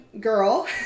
girl